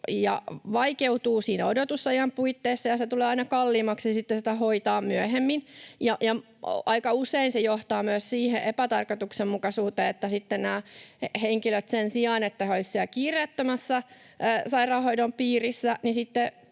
vaikeutuu siinä odotusajan puitteissa, ja tulee aina kalliimmaksi sitä hoitaa myöhemmin. Ja aika usein se johtaa myös siihen epätarkoituksenmukaisuuteen, että sen sijaan, että nämä henkilöt olisivat siellä kiireettömän sairaanhoidon piirissä,